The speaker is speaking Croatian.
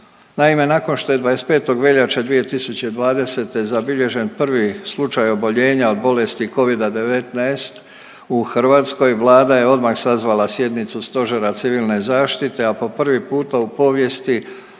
Naime, nakon što je 25. veljače 2020. zabilježen prvi slučaj oboljenja od bolesti covida-19 u Hrvatskoj Vlada je odmah sazvala sjednicu Stožera Civilne zaštite, a po prvi puta u povijesti